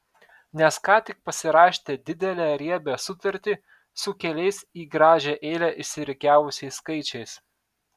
nes ką tik pasirašėte didelę riebią sutartį su keliais į gražią eilę išsirikiavusiais skaičiais